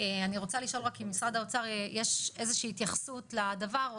אני רוצה לשאול רק אם למשרד האוצר יש איזושהי התייחסות לדבר?